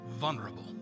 vulnerable